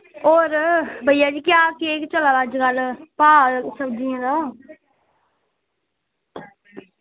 होर भइया जी केह् हाल चाल चला दा अज्जकल सब्जियें दा